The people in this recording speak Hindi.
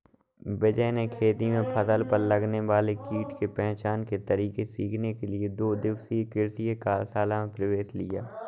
विजय ने खेती में फसल पर लगने वाले कीट के पहचान के तरीके सीखने के लिए दो दिवसीय कृषि कार्यशाला में प्रवेश लिया